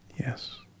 Yes